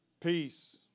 Peace